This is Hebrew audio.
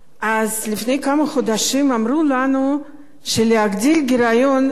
לפני כמה חודשים אמרו לנו שלהגדיל גירעון זה בסדר.